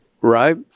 right